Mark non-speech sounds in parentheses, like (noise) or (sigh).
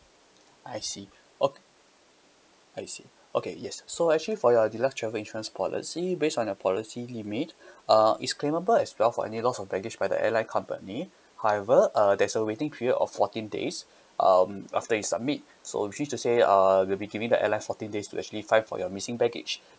I see (breath) ok~ I see okay yes so actually for your deluxe travel insurance policy based on your policy limit (breath) uh it's claimable as well for any loss of baggage by the airline company (breath) however uh there's a waiting period of fourteen days (breath) um after you submit so just to say uh we'll be giving the airline fourteen days to actually find for your missing baggage (breath)